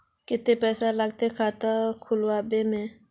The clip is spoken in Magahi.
केते पैसा लगते खाता खुलबे में?